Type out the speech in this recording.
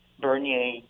Bernier